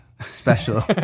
special